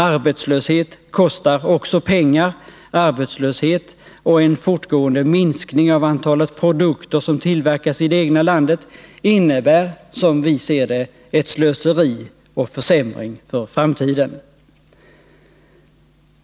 Arbetslöshet kostar också pengar. Arbetslöshet och en fortgående minskning av antalet produkter som tillverkas i det egna landet innebär, som vi ser det, ett slöseri och en försämring för framtiden.